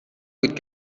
بود